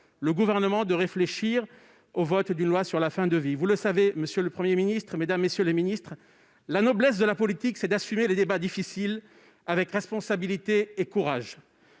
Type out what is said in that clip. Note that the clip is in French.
le Gouvernement de réfléchir à une loi sur la fin de vie. Monsieur le Premier ministre, mesdames, messieurs les ministres, la noblesse de la politique, c'est d'assumer les débats difficiles avec responsabilité et courage.